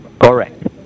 Correct